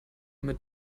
mit